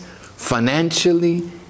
financially